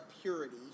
purity